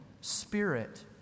spirit